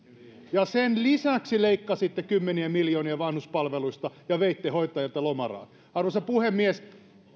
tämän sen lisäksi leikkasitte kymmeniä miljoonia vanhuspalveluista ja veitte hoitajilta lomarahat arvoisa puhemies